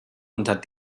unter